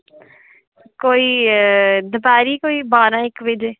कोई दपैह्री कोई बारां इक बजे